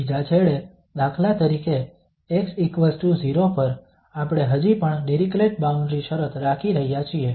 બીજા છેડે દાખલા તરીકે x0 પર આપણે હજી પણ ડિરીક્લેટ બાઉન્ડ્રી શરત રાખી રહ્યા છીએ